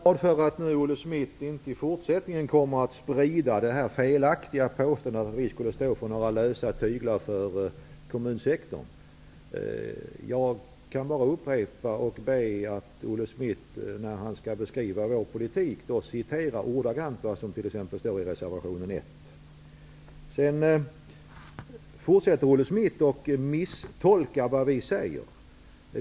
Herr talman! Jag är glad för att Olle Schmidt i fortsättningen inte kommer att sprida detta felaktiga påstående att vi skulle stå för lösa tyglar när det gäller kommunsektorn. Jag kan bara be Olle Schmidt att han, när han skall beskriva vår politik, citerar ordagrant vad vi sagt -- i detta fall t.ex. i reservation 1. Olle Schmidt fortsätter att misstolka vad vi säger.